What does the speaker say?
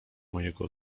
mojego